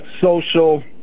social